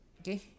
Okay